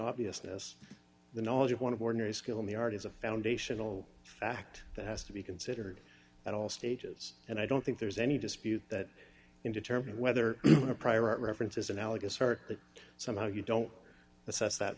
obviousness the knowledge of one of ordinary skill in the art is a foundational fact that has to be considered at all stages and i don't think there's any dispute that in determining whether the prior art reference is analogous or that somehow you don't assess that